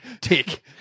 Tick